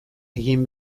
egin